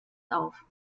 auf